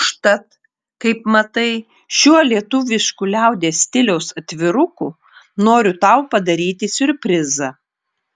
užtat kaip matai šiuo lietuvišku liaudies stiliaus atviruku noriu tau padaryti siurprizą